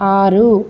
ఆరు